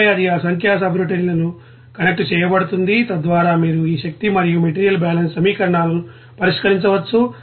ఆపై అది ఆ సంఖ్యా సబ్రౌటిన్లకు కనెక్ట్ చేయబడుతుంది తద్వారా మీరు ఈ శక్తి మరియు మెటీరియల్ బ్యాలెన్స్ సమీకరణాలను పరిష్కరించవచ్చు